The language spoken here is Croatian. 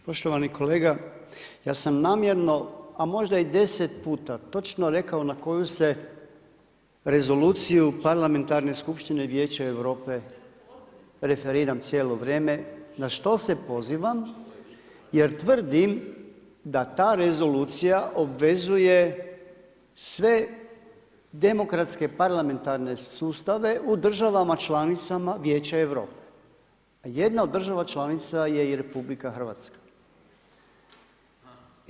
Poštovani kolega, ja sam namjerno, a možda i deset puta točno rekao na koju se Rezoluciju Parlamentarne Skupštine Vijeća Europe referiram cijelo vrijeme, na što se pozivam jer tvrdim da ta Rezolucija obvezuje sve demokratske parlamentarne sustave u državama članicama Vijeća Europe, a jedna od država članica je i Republika Hrvatska.